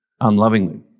unlovingly